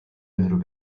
unrhyw